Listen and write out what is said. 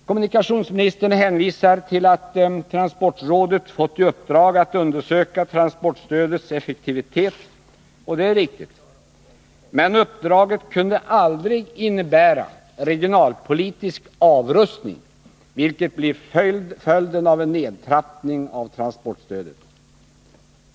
Kommunikationsministern hänvisar till att transportrådet fått i uppdrag att undersöka transportstödets effektivitet. Det är riktigt. Men uppdraget kunde aldrig innebära regionalpolitisk avrustning, vilket blir följden av en nedtrappning av transportstödet.